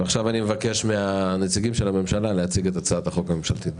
אבקש מנציגי הממשלה להציג את הצעת החוק הממשלתית.